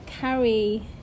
carry